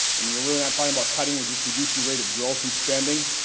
and we're really not talking about cutting we're just reducing the rate of growth and spending.